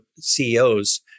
CEOs